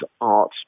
art